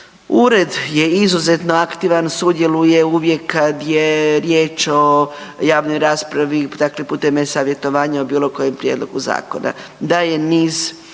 ured je izuzetno aktivan sudjeluje uvijek kad je riječ o javnoj raspravi, dakle putem e-savjetovanja o bilo kojem prijedlogu zakona,